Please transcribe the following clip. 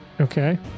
okay